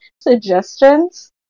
suggestions